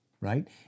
right